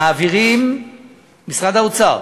משרד האוצר